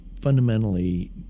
fundamentally